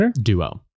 duo